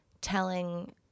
telling